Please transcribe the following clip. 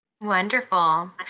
Wonderful